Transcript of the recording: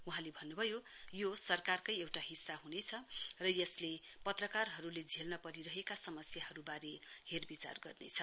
वहाँले भन्न्भयो यो सरकारकै एउटा हिस्सा ह्नेछ र यसले पत्रकारहरूले झेल्न परिरहेका समस्याहरूबारे हेरविचार गर्नेछ